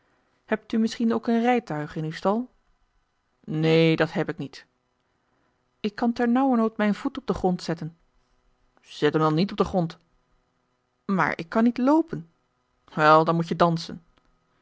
hebt u misschien ook een rijtuig in uw stal neen dat heb ik niet ik kan ternauwernood mijn voet op den grond zetten zet hem dan niet op den grond maar ik kan niet loopen wel dan moet je dansen